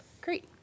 Great